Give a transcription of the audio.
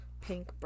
pink